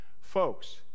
Folks